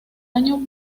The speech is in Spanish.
año